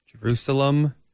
Jerusalem